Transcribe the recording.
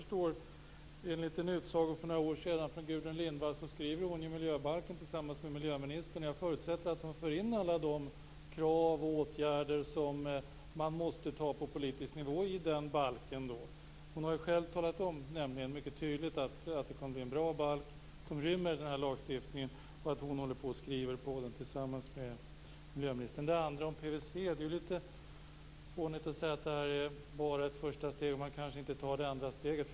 Såvitt jag förstår skriver Gudrun Lindvall nu miljöbalken tillsammans med miljöministern, och jag förutsätter att hon då i den balken för in alla de krav och åtgärder som måste beslutas på politisk nivå. Hon har nämligen själv mycket tydligt talat om att det kommer att bli en bra balk, som rymmer den här lagstiftningen, och jag tror att hon håller på att skriva den tillsammans med miljöministern. Det andra gäller PVC, och det är fånigt att säga att detta bara är ett första steg och att man kanske inte tar det andra steget.